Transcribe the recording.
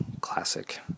classic